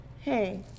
hey